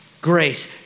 grace